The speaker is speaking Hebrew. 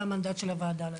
זה המנדט של הוועדה.